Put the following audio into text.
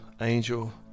angel